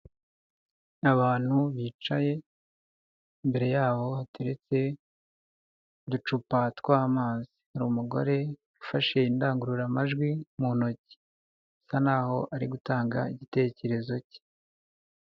Abantu bicaye, imbere yaho hateretse uducupa tw'amazi, hari umugore ufashe indangururamajwi mu ntoki, asa naho ari gutanga igitekerezo cye.